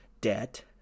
debt